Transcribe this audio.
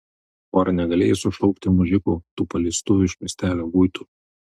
o ar negalėjai sušaukti mužikų tų paleistuvių iš miestelio guitų